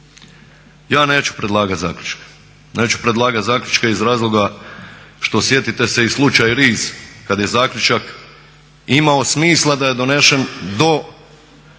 Ja neću predlagat zaključke, neću predlagat zaključke iz razloga što sjetite se i slučaj RIS kad je zaključak imao smisla da je donesen do 31.12.